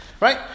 Right